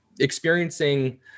Experiencing